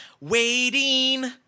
waiting